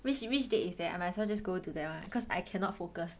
which which date is that I might as well just go to that one cause I cannot focus